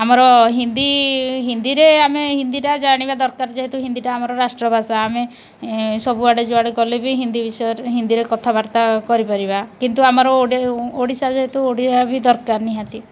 ଆମର ହିନ୍ଦୀ ହିନ୍ଦୀରେ ଆମେ ହିନ୍ଦୀଟା ଜାଣିବା ଦରକାର ଯେହେତୁ ହିନ୍ଦୀଟା ଆମର ରାଷ୍ଟ୍ରଭାଷା ଆମେ ସବୁଆଡ଼େ ଯୁଆଡ଼େ ଗଲେ ବି ହିନ୍ଦୀ ବିଷୟରେ ହିନ୍ଦୀରେ କଥାବାର୍ତ୍ତା କରିପାରିବା କିନ୍ତୁ ଆମର ଓଡ଼ିଶା ଯେହେତୁ ଓଡ଼ିଆ ବି ଦରକାର ନିହାତି